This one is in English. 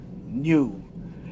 New